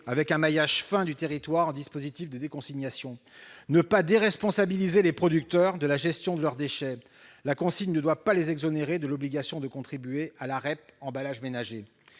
avec un maillage fin du territoire en dispositifs de déconsignation. Enfin, il est essentiel de ne pas déresponsabiliser les producteurs de la gestion de leurs déchets : la consigne ne doit pas les exonérer de l'obligation de contribuer à la « REP emballages ménagers